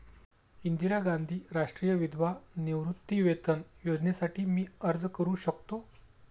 इंदिरा गांधी राष्ट्रीय विधवा निवृत्तीवेतन योजनेसाठी मी अर्ज करू शकतो?